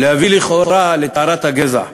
להביא לכאורה לטהרת הגזע.